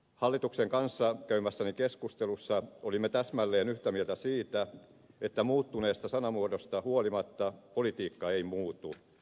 hallituksen kanssa käymässäni keskustelussa olimme täsmälleen yhtä mieltä siitä että muuttuneesta sanamuodosta huolimatta politiikka ei muutu